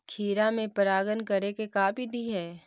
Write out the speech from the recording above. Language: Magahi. खिरा मे परागण करे के का बिधि है?